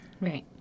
Right